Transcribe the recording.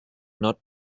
not